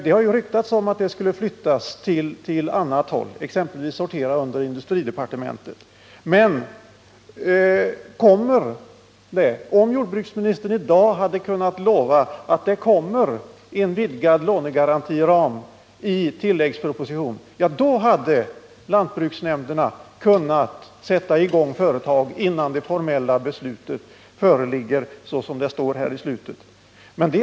Det har ryktats om att handläggningen skulle flyttas till något annat ställe, exempelvis sortera under industridepartementet. Om jordbruksministern i dag hade kunnat lova att en vidgad lånegarantiram kommer i tilläggspropositionen, hade lantbruksnämnderna kunnat sätta i gång företag innan ”stöd formellt beviljas”, såsom det står i slutet av svaret.